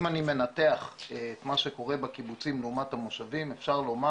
אם אני מנתח את המצב של הקיבוצים לעומת המושבים אפשר לומר